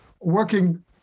working